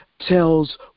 tells